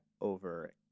over